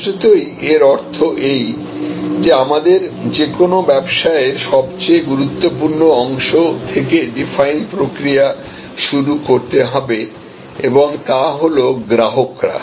স্পষ্টতই এর অর্থ এই যে আমাদের যে কোনও ব্যবসায়ের সবচেয়ে গুরুত্বপূর্ণ অংশ থেকে ডিফাইন প্রক্রিয়া শুরু করতে হবে এবং তা হল গ্রাহকরা